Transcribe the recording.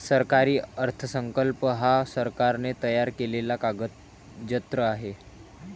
सरकारी अर्थसंकल्प हा सरकारने तयार केलेला कागदजत्र आहे